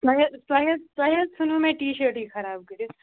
تۄہہِ حظ تۄہہِ حظ تۄہہِ حظ ژھنوٕ مےٚ ٹی شٲرٹٕے خراب کٔرِتھ